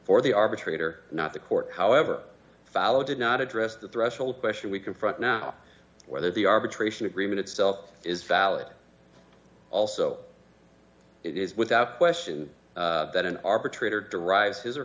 the arbitrator not the court however followed did not address the threshold question we confront now whether the arbitration agreement itself is valid also it is without question that an arbitrator derives his or